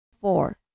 Four